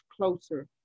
closer